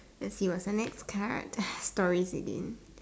let's see what's the next card stories again